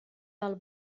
del